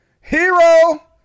Hero